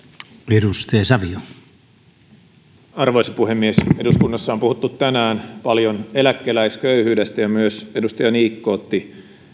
arvoisa puhemies eduskunnassa on puhuttu tänään paljon eläkeläisköyhyydestä ja myös edustaja niikko otti